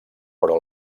però